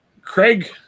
Craig